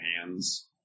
hands